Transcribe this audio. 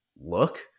look